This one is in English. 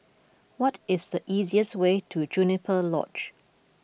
what is the easiest way to Juniper Lodge